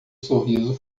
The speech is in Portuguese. sorriso